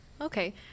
Okay